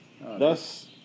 Thus